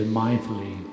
mindfully